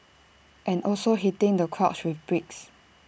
and also hitting the crotch with bricks